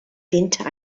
winter